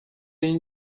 این